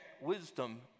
wisdom